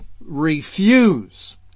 refuse